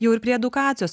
jau ir prie edukacijos